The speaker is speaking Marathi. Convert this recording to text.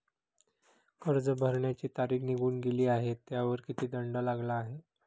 कर्ज भरण्याची तारीख निघून गेली आहे त्यावर किती दंड लागला आहे?